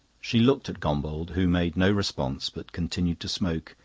she looked at gombauld, who made no response, but continued to smoke,